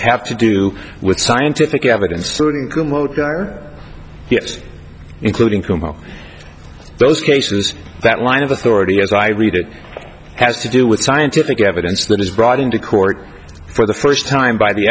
have to do with scientific evidence yes including kimo those cases that line of authority as i read it has to do with scientific evidence that is brought in to court for the first time by the